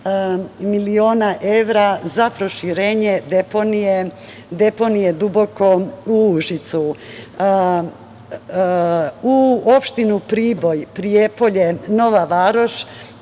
miliona evra, za proširenje deponije Duboko u Užicu.U opštinu Priboj, Prijepolje, Nova Varoš,